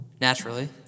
Naturally